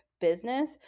business